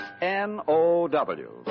N-O-W